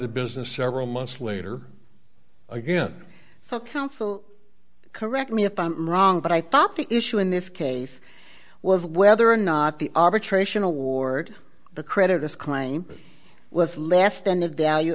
the business several months later again so counsel correct me if i'm wrong but i thought the issue in this case was whether or not the arbitration award the creditors claim was less than the value